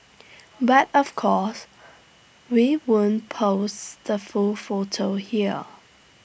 but of course we won't post the full photo here